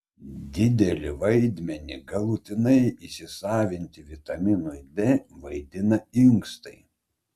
didelį vaidmenį galutinai įsisavinti vitaminui d vaidina inkstai